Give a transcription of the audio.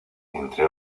entre